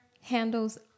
handles